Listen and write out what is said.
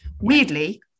weirdly